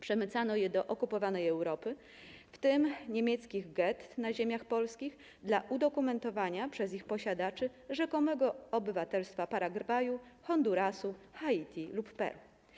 Przemycano je do okupowanej Europy, w tym niemieckich gett na ziemiach polskich, dla udokumentowania przez ich posiadaczy rzekomego obywatelstwa Paragwaju, Hondurasu, Haiti lub Peru.